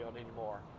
anymore